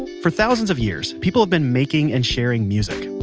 for thousands of years people have been making and sharing music.